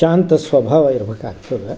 ಶಾಂತ ಸ್ವಭಾವ ಇರ್ಬೇಕಾಗ್ತದೆ